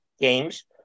games